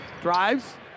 Drives